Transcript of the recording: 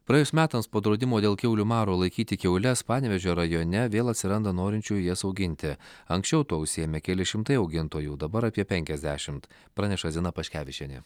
praėjus metams po draudimo dėl kiaulių maro laikyti kiaules panevėžio rajone vėl atsiranda norinčiųjų jas auginti anksčiau tuo užsiėmė keli šimtai augintojų dabar apie penkiasdešimt praneša zina paškevičienė